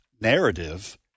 narrative